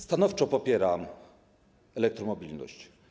Stanowczo popieram elektromobilność.